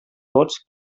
vots